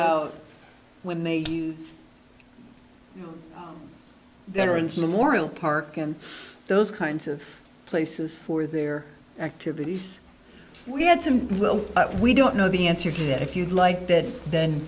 when they veterans memorial park and those kinds of places for their activities we had some well we don't know the answer to that if you'd like that then